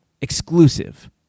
Exclusive